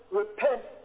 repent